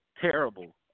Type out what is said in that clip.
terrible